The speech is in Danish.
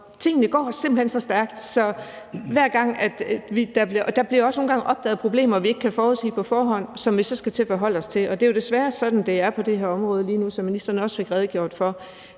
Tingene går simpelt hen så stærkt, og der bliver også nogle gange opdaget problemer, vi ikke har kunnet forudsige på forhånd, og som vi så skal til at forholde os til. Det er jo desværre sådan, det er på det her område lige nu, som ministeren også fik redegjort for.